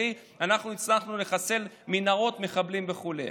אנחנו הצלחנו לחסל מנהרות מחבלים וכו'?